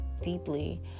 deeply